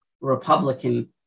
Republican